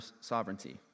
sovereignty